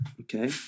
Okay